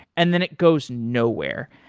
and then it goes nowhere.